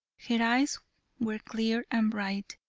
her eyes were clear and bright,